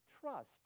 trust